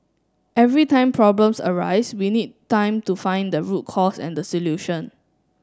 every time problems arise we need time to find the root cause and the solution